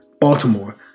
Baltimore